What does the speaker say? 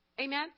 Amen